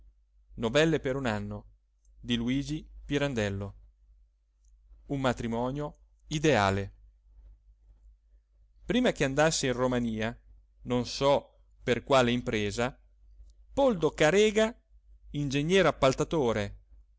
quell'aria insolita e nuova senza saperlo era entrata la primavera prima che andasse in romania non so per quale impresa poldo carega ingegnere appaltatore